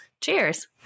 cheers